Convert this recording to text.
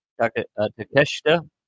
Takeshita